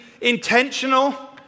intentional